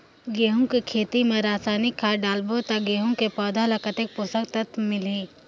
गंहू के खेती मां रसायनिक खाद डालबो ता गंहू के पौधा ला कितन पोषक तत्व मिलही?